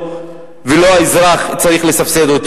ולא האזרח צריך לסבסד.